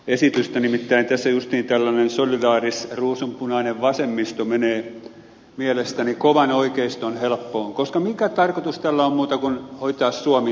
nimittäin tässä justiin tällainen solidaarisruusunpunainen vasemmisto menee mielestäni kovan oikeiston helppoon koska mikä tarkoitus tällä on muu kuin hoitaa suomi natoon